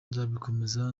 nzabikomeza